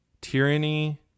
Tyranny